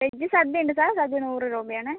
veg സദ്യയുണ്ട് sir സദ്യ നൂറു രൂപയാണ്